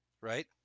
Right